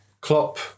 Klopp